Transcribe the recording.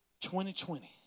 2020